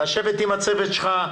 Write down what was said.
לשבת עם הצוות שלך,